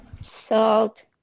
salt